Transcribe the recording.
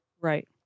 Right